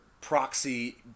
proxy